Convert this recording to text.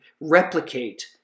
replicate